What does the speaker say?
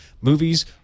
movies